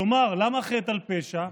למה חטא על פשע?